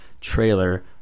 trailer